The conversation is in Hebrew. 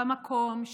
במקום,